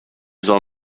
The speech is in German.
soll